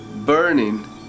burning